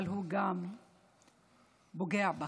אבל הוא גם פוגע בכם.